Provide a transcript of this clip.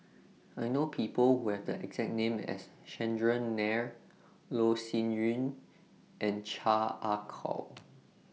I know People Who Have The exact name as Chandran Nair Loh Sin Yun and Chan Ah Kow